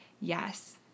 Yes